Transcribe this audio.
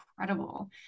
incredible